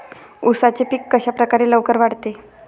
उसाचे पीक कशाप्रकारे लवकर वाढते?